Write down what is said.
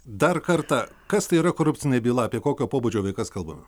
dar kartą kas tai yra korupcinė byla apie kokio pobūdžio veikas kalbame